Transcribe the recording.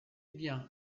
bien